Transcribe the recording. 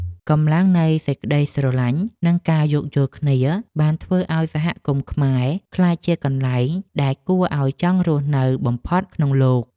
កម្លាំងនៃក្ដីស្រឡាញ់ និងការយោគយល់គ្នាបានធ្វើឱ្យសហគមន៍ខ្មែរក្លាយជាកន្លែងដែលគួរឱ្យចង់រស់នៅបំផុតក្នុងលោក។